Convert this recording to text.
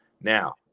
Now